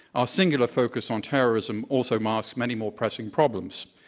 ah singular focus on terrorism also masks many more pressing problems.